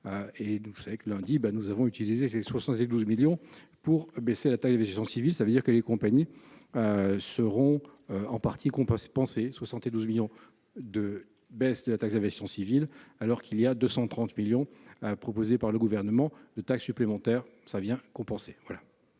et vous savez que lundi, ben nous avons utilisé ces 72 millions pour abaisser la taille avait ça veut dire que les compagnies seront en partie compensés penser 72 millions de baisse de la taxe d'aviation civile, alors qu'il y a 230 millions proposés par le gouvernement de taxe supplémentaire, ça vient compenser voilà.